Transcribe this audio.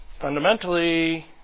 fundamentally